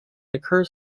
occurs